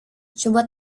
coba